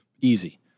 easy